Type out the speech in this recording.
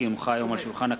כי הונחו היום על שולחן הכנסת,